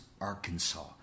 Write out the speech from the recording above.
Arkansas